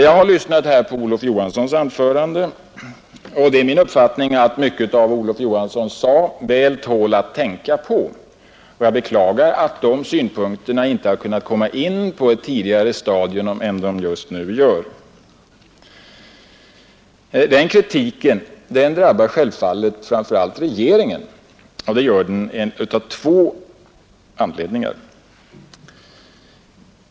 Jag har här lyssnat på herr Olof Johanssons anförande, och det är min uppfattning att mycket av det han sade är värt att tänka på. Jag beklagar att de synpunkterna inte har kunnat komma fram på ett tidigare stadium än just nu. Den kritiken drabbar självfallet framför allt regeringen. Det gör den av två anledningar.